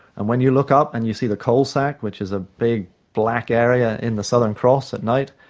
and when you look up and you see the coalsack, which is a big black area in the southern cross at night,